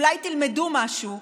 אולי תלמדו משהו,